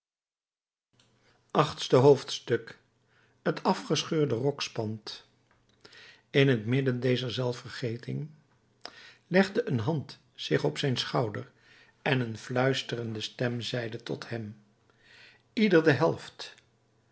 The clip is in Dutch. achtste hoofdstuk het afgescheurde rokspand in t midden dezer zelfvergeting legde een hand zich op zijn schouder en een fluisterende stem zeide tot hem ieder de helft